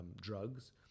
drugs